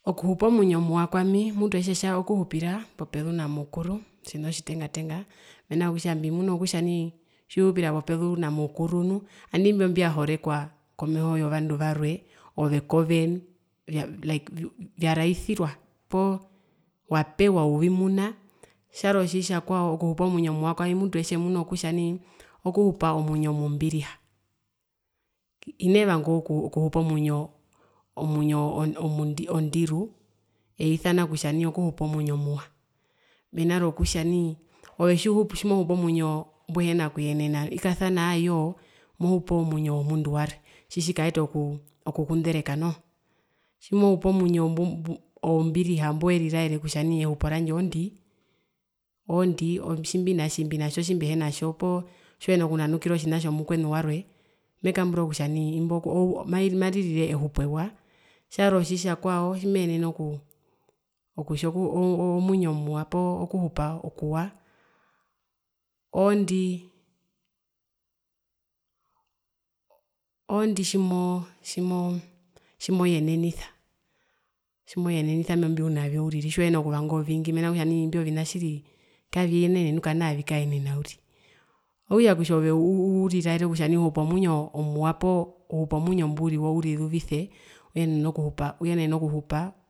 Okuhupa omwinyo muua kwami mutu etjemuna kutja okuhupira popezu na mukuru otjina otjitenga tenga, mena rokutja mbimuna kutja nai tjiuhupira popezu na mukuru nandaee imbi mbyahorekwa komeho wovandu varwe ove kove nu vya vya like vyaraisiwa poo wapewa uvimuna tjarwe otjitjakwao kuhupa omwinyo muwa kwami etjemuna okutja naii okuhupa omwinyo mumbiriha. Hinee heenee vanga okuhupa omwinyo omundiru ondiru eisana kutja nai okuhupa omwinyo muwa, mena rokutja nai ove tjimo tjimohupu omwinyo mbuhina kuyenena ikasana aayo mohupu omwinyo womundu warwe tji tjikaeta okuu okukundereka noho, tjimohupu omwinyo mbumbu mbu ombiriha mbweriraere kutja nii ehupo randje oondi, oondi tjimbinaitji mbinatjo tjimbihinatjo hinatjo poo tjiuhina kunanukirwa otjina tjomukwenu warwe mekambura kutja nai imbo maririre ehupo ewa tjarwe otjitjakwao tjimeenene kutja okutja omwinyo muwa poo oo oo okuhupa okuwa oondi. oondii tjimoo tjimoo tjimoyenenisa tjimoyenenisa imbi mbiunavyo uriri tjiuhina kuvanga ovingi mena rokutja nai imbyo vina tjiri kaviyenene nu kanaa vikaenena uriri, okutja ove nai kutja uri raere kutja uhupa omwinyo muwa poo uhupa omwinyo mburiwo urizuvise uyenene okuhupa uyenene okuhupa.